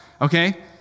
Okay